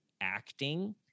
acting